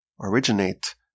originate